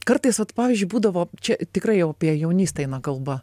kartais vat pavyzdžiui būdavo čia tikrai jau apie jaunystę eina kalba